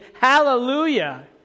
Hallelujah